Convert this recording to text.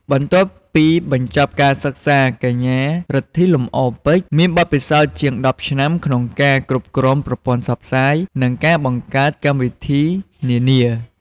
បន្ទាប់ពីបញ្ចប់ការសិក្សា កញ្ញា រិទ្ធី លំអរពេជ្រ មានបទពិសោធន៍ជាង ១០ ឆ្នាំក្នុងការ គ្រប់គ្រងប្រព័ន្ធផ្សព្វផ្សាយ និងការបង្កើតកម្មវិធីនានា។